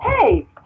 Hey